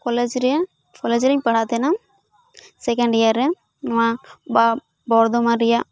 college ᱨᱮ college ᱨᱮᱧ ᱯᱟᱲᱦᱟᱜ ᱛᱟᱦᱮᱸᱱᱟ ᱥᱮᱠᱮᱱᱰ ᱤᱭᱟᱨᱮ ᱱᱚᱶᱟ ᱵᱟ ᱵᱚᱨᱫᱷᱚᱢᱟᱱ ᱨᱮᱭᱟᱜ